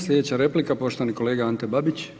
Slijedeća replika poštovani kolega Ante Babić.